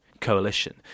coalition